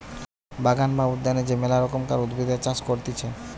বাগান বা উদ্যানে যে মেলা রকমকার উদ্ভিদের চাষ করতিছে